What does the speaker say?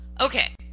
Okay